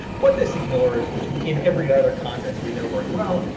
what this ignores, which in every other context we know very well,